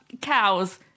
Cows